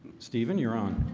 steven your honor